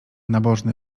nabożny